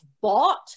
bought